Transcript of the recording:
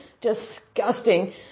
disgusting